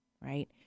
right